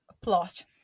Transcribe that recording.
plot